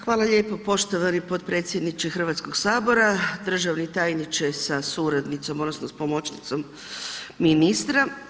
Hvala lijepo poštovani potpredsjedniče Hrvatskoga sabora, državni tajniče sa suradnicom, odnosno sa pomoćnicom ministra.